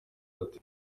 ate